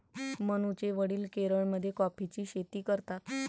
मनूचे वडील केरळमध्ये कॉफीची शेती करतात